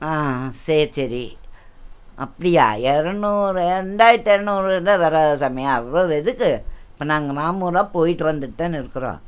சரி சரி அப்படியா இரநூறு ரெண்டாயிரத்தி இரநூறு கிட்ட வராது சாமி அவ்ளோது எதுக்கு இப்போ நாங்கள் மாமுல போய்கிட்டு வந்துட்டு தான் இருக்கிறோம்